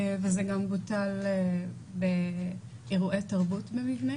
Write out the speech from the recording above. וזה גם מוטל על אירועי תרבות במבנה,